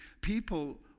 people